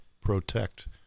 protect